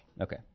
Okay